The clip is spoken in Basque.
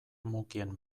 mukien